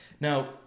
Now